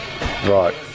Right